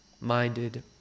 minded